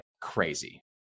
crazy